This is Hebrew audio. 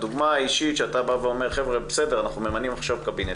הדוגמה האישית שאתה אומר אנחנו ממנים עכשיו קבינט,